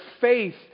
faith